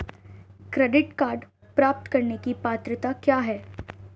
Credit card प्राप्त करने की पात्रता क्या है?